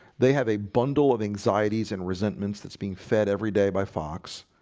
they have a bundle of anxieties and resentments that's being fed every day by fox